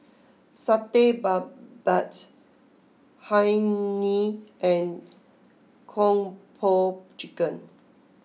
Satay Babat Hae Mee and Kung Po Chicken